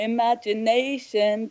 Imagination